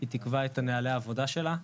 היא תקבע את נהלי העבודה שלה.